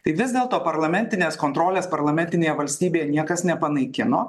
tai vis dėlto parlamentinės kontrolės parlamentinėje valstybėje niekas nepanaikino